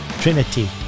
Trinity